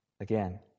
again